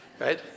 right